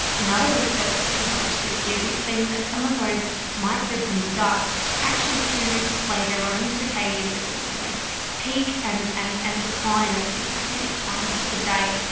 in other research that's been published this year we've seen that some of those microbes in the gut actually do display their own circadian rhythms, so they peak and and and decline at specific times of the day.